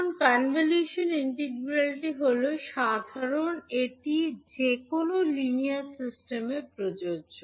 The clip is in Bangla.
এখন কনভলিউশন ইন্টিগ্রালটি হল সাধারণ এটি যে কোনও লিনিয়ার সিস্টেমে প্রযোজ্য